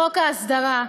חוק ההסדרה,